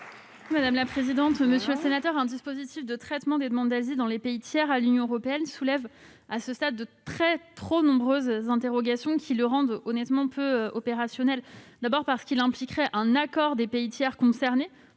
déléguée. Monsieur le sénateur, un dispositif de traitement des demandes d'asile dans les pays tiers à l'Union européenne soulève à ce stade de très- trop !- nombreuses interrogations. Celui-ci serait peu opérationnel, parce qu'il impliquerait un accord des pays tiers concernés